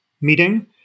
meeting